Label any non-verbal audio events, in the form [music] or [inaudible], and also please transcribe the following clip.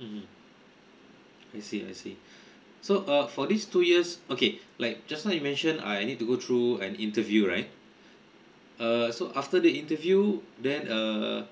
mm I see I see [breath] so uh for these two years okay like just now you mentioned ah I need to go through an interview right uh so after the interview then err